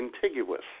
contiguous